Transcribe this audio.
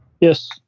yes